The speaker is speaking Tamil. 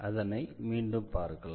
அதனை மீண்டும் பார்க்கலாம்